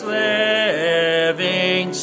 living